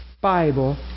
Bible